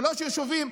שלושה יישובים.